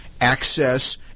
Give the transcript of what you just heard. access